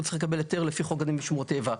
הוא צריך לקבל היתר לפי חוק גנים ושמורות טבע.